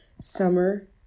summer